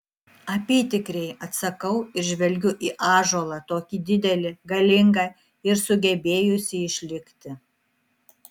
apytikriai atsakau ir žvelgiu į ąžuolą tokį didelį galingą ir sugebėjusį išlikti